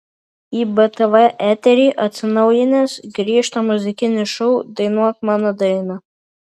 į btv eterį atsinaujinęs grįžta muzikinis šou dainuok mano dainą